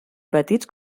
petits